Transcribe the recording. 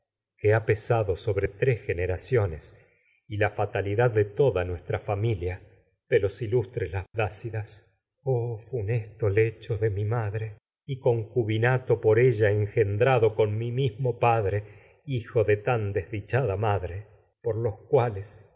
que ha pesado'sobre nuestra tres generaciones y la fatalidad de toda familia de los ilustres labdácidas oh mi funesto lecho de madre y concubinato por ella de tan en gendrado madre con mi mismo padre hijo cuales y yo desdichada por los infeliz fui